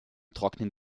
trocknen